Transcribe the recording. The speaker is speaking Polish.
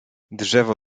drzewo